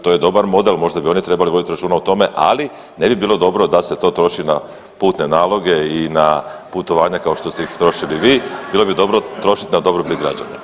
To je dobar model možda bi oni trebali voditi računa o tome, ali ne bi bilo dobro da se to troši na putne naloge i na putovanja kao što ste ih trošili vi, bilo bi dobro trošiti na dobrobit građana.